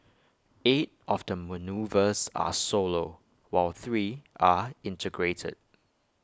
eight of the manoeuvres are solo while three are integrated